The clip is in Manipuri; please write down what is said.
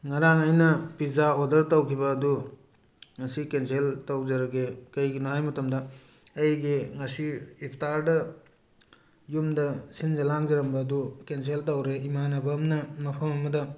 ꯉꯔꯥꯡ ꯑꯩꯅ ꯄꯤꯖꯥ ꯑꯣꯗꯔ ꯇꯧꯈꯤꯕ ꯑꯗꯨ ꯉꯁꯤ ꯀꯦꯟꯁꯦꯜ ꯇꯧꯖꯔꯒꯦ ꯀꯩꯒꯤꯅꯣ ꯍꯥꯏ ꯃꯇꯝꯗ ꯑꯩꯒꯤ ꯉꯁꯤ ꯏꯐꯇꯥꯔꯗ ꯌꯨꯝꯗ ꯁꯤꯟꯖ ꯂꯥꯡꯖꯔꯝꯕ ꯑꯗꯨ ꯀꯦꯟꯁꯦꯜ ꯇꯧꯔꯦ ꯏꯃꯥꯟꯅꯕ ꯑꯃꯅ ꯃꯐꯝ ꯑꯃꯗ